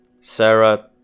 Sarah